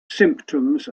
symptoms